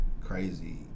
crazy